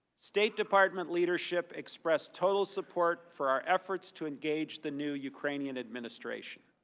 state department leadership expressed total support for our efforts to engage the new ukrainian administration.